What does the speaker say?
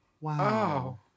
Wow